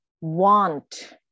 want